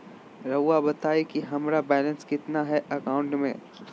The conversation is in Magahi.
रहुआ बताएं कि हमारा बैलेंस कितना है अकाउंट में?